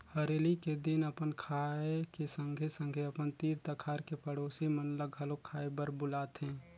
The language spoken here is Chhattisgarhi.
हरेली के दिन अपन खाए के संघे संघे अपन तीर तखार के पड़ोसी मन ल घलो खाए बर बुलाथें